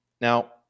Now